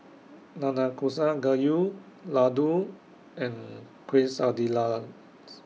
Nanakusa Gayu Ladoo and Quesadillas